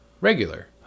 regular